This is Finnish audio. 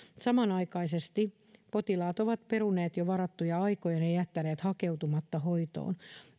samanaikaisesti potilaat ovat peruneet jo varattuja aikojaan ja jättäneet hakeutumatta hoitoon